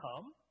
come